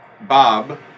Bob